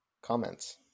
comments